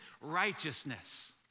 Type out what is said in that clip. righteousness